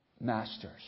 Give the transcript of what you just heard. masters